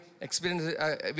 experience